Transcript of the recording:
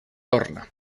torna